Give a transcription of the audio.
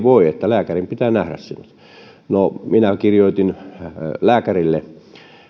voi että lääkärin pitää nähdä sinut no minä kirjoitin lääkärille